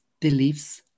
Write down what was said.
beliefs